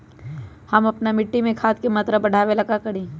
हम अपना मिट्टी में खाद के मात्रा बढ़ा वे ला का करी?